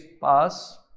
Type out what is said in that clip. pass